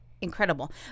incredible